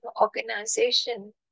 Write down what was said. organization